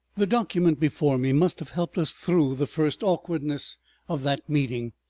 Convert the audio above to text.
the document before me must have helped us through the first awkwardness of that meeting.